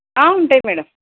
ఉంటాయి మేడం